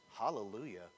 Hallelujah